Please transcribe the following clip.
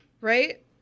right